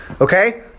Okay